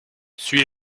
suis